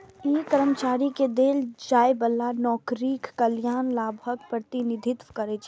ई कर्मचारी कें देल जाइ बला नौकरीक कल्याण लाभक प्रतिनिधित्व करै छै